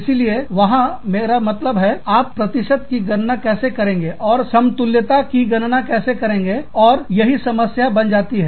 इसीलिए वहां मेरा मतलब है आप प्रतिशत की गणना कैसे करेंगे और समतुल्य ताकि गणना कैसे करेंगे और यही समस्या बन जाती है